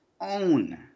own